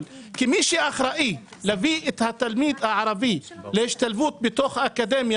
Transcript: כי מי שאחראי להביא את התלמיד הערבי להשתלבות האקדמיה,